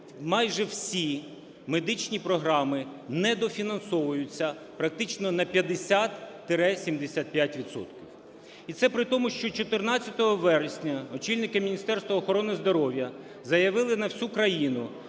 майже всі медичні програми недофінансовуються практично на 50-75 відсотків. І це при тому, що 14 вересня очільники Міністерства охорони здоров'я заявили на всю країну